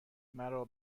مرا